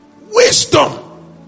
Wisdom